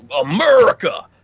America